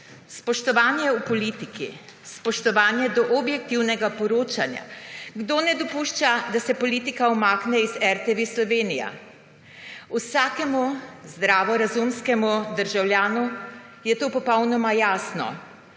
Spoštovanje v politiki, spoštovanje do objektivnega poročanja, kdo ne dopušča, da se politika umakne iz RTV Slovenija. Vsakemu zdravorazumskemu državljanu je to popolnoma jasno.